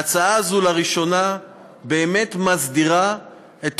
ההצעה הזאת באמת מסדירה לראשונה את